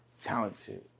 talented